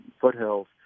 foothills